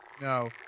No